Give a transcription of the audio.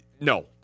No